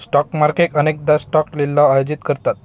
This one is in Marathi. स्टॉक मार्केट अनेकदा स्टॉक लिलाव आयोजित करतात